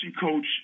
coach